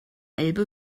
elbe